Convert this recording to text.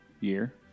Year